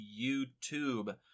YouTube